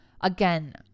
Again